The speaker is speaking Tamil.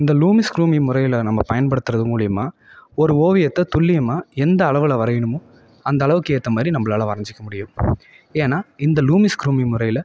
இந்த லூமிஸ் க்ளூமி முறையில் நம்ம பயன்படுத்துறது மூலியமாக ஒரு ஓவியத்தை துல்லியமாக எந்த அளவில் வரையணுமோ அந்த அளவுக்கு ஏற்ற மாதிரி நம்பளால் வரைஞ்சிக்க முடியும் ஏன்னா இந்த லூமிஸ் க்ளூமி முறையில்